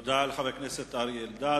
תודה לחבר הכנסת אריה אלדד.